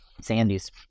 sandy's